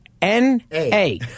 N-A